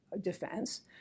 defense